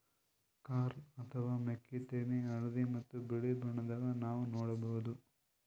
corn ಅಥವಾ ಮೆಕ್ಕಿತೆನಿ ಹಳ್ದಿ ಮತ್ತ್ ಬಿಳಿ ಬಣ್ಣದಾಗ್ ನಾವ್ ನೋಡಬಹುದ್